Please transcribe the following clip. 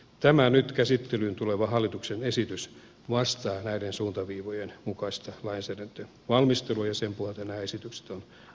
tämä nyt käsittelyyn tuleva hallituksen esitys vastaa näiden suuntaviivojen mukaista lainsäädäntövalmistelua ja sen pohjalta nämä esitykset on myös tehty